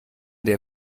der